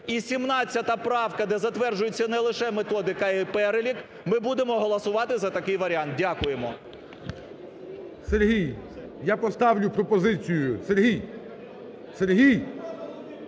і 17 правка, де затверджується не лише методика, а і перелік, ми будемо голосувати за такий варіант. Дякуємо. ГОЛОВУЮЧИЙ. Сергій, я поставлю пропозицію. Сергій, Сергій!